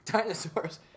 Dinosaurs